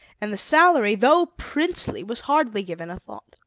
and the salary, though princely, was hardly given a thought.